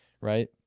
right